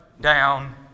down